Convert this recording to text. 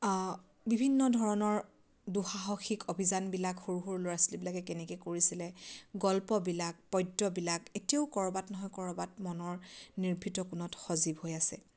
আ বিভিন্ন ধৰণৰ দুঃসাহসিক অভিযানবিলাক সৰু সৰু ল'ৰা ছোৱালীবিলাকে কেনেকৈ কৰিছিলে গল্পবিলাক পদ্যবিলাক এতিয়াও ক'ৰবাত নহয় ক'ৰবাত মনৰ নিৰ্ভীত কোণত সজীৱ হৈ আছে